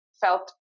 felt